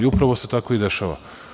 Upravo se tako i dešava.